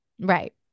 Right